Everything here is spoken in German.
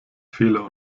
fehler